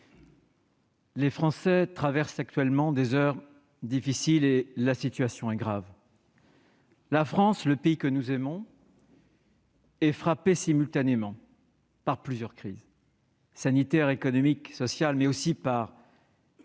les Français traversent actuellement des heures difficiles et la situation est grave. La France, le pays que nous aimons, est frappée simultanément par plusieurs crises- sanitaire, économique et sociale -, mais aussi de